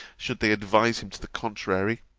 should they advise him to the contrary.